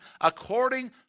according